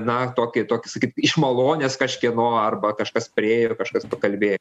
na tokį tokį sakyt iš malonės kažkieno arba kažkas priėjo ir kažkas pakalbėjo